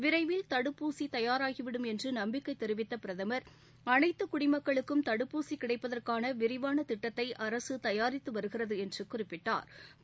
விரைவில் தடுப்பூசி தயாராகிவிடும் என்று நம்பிக்கை தெரிவித்த பிரதமா் அனைத்து குடிமக்களுக்கும் தடுப்பூசி கிடைப்பதற்கான விரிவான திட்டத்தை அரசு தயாரித்து வருகிறது என்று குறிப்பிட்டா்